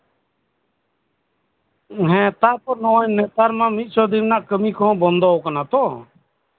ᱛᱟᱨᱯᱚᱨᱮ ᱱᱮᱛᱟᱨ ᱢᱟ ᱢᱤᱫᱥᱚ ᱫᱤᱱ ᱨᱮᱱᱟᱜ ᱠᱟᱹᱢᱤ ᱠᱚᱸᱦᱚᱸ ᱛᱚ ᱵᱚᱱᱢᱫᱚ ᱠᱟᱱᱟ ᱛᱚ